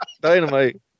dynamite